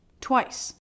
Twice